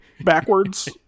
backwards